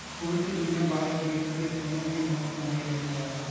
फूल के बिना बाग बगीचा के कोनो भी महत्ता नइ रहि जाए